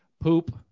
poop